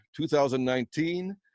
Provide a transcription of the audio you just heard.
2019